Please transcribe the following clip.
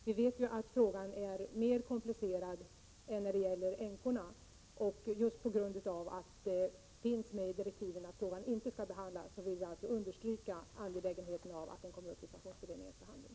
Vi vet att frågan är mer komplicerad än frågan om änkepensionen, men just på grund av att det sägs i direktiven att den inte skall behandlas vill vi understryka angelägenheten av att den kommer upp till behandling i pensionsberedningen.